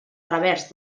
revers